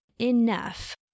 enough